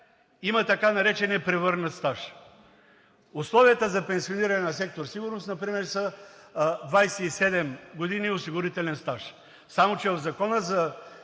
има така наречения превърнат стаж. Условията за пенсиониране на сектор „Сигурност“ например са 27 години осигурителен стаж. Само че в Закона за